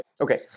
okay